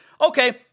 okay